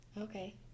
Okay